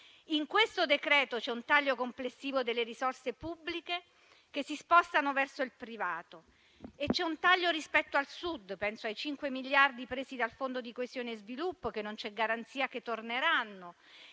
In questo decreto c'è un taglio complessivo delle risorse pubbliche, che si spostano verso il privato, e c'è un taglio rispetto al Sud, penso ai 5 miliardi presi dal Fondo di coesione e sviluppo, che non c'è garanzia che torneranno,